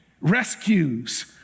rescues